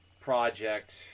project